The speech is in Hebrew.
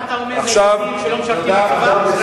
ככה אתה אומר ליהודים שלא משרתים בצבא?